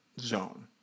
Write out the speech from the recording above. zone